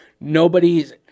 Nobody's